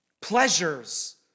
pleasures